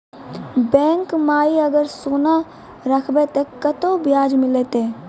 Bank माई अगर सोना राखबै ते कतो ब्याज मिलाते?